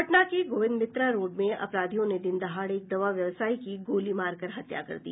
पटना के गोविंदमित्रा रोड में अपराधियों ने दिन दहाड़े एक दवा व्यवसायी की गोलीमार कर हत्या कर दी